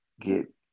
get